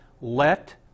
Let